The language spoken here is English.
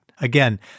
Again